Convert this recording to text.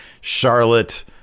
Charlotte